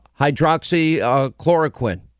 hydroxychloroquine